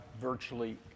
virtually